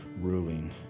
ruling